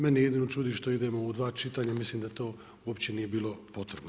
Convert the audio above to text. Mene jedino čudi što idemo u dva čitanja, mislim da to uopće nije bilo potrebno.